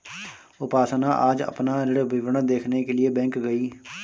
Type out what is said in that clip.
उपासना आज अपना ऋण विवरण देखने के लिए बैंक गई